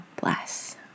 bless